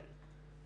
כן.